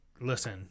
listen